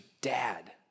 dad